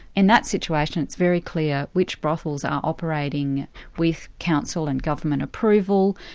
in that situation it's very clear which brothels are operating with council and government approval,